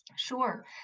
Sure